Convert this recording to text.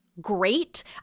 great